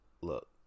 Look